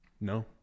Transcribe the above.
No